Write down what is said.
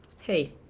hey